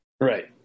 Right